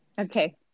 Okay